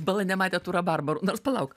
bala nematė tų rabarbarų nors palauk